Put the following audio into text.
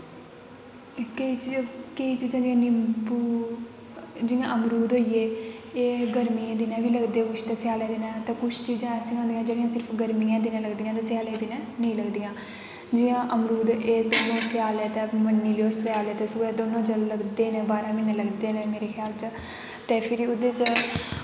केईं चीजां केईं चीजां जियां निम्बू जियां अमरूद होई गे एह् गर्मियें दे दिनें बी लगदे कुछ ते स्यालें दिनें ते कुछ चीजां ऐसियां होंदियां जेह्ड़ियां सिर्फ गर्मियां दिनें लगदियां ते स्यालें दिनें नेईं लगदियां जियां अमरूद एह् दिनें स्यालें ते सोहा दोनों च लगदे न बारां म्हीनें लगदे न मेरे ख्याल च ते फिरी ओह्दे च